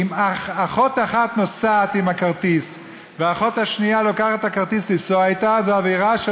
אם אחות אחת נוסעת עם הכרטיס והאחות השנייה לוקחת את הכרטיס לנסוע אתה,